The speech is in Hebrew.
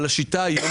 אבל השיטה היום,